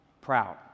proud